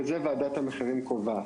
ואת זה ועדת המחירים קובעת.